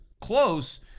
close